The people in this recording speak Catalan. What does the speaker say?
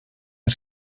per